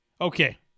okay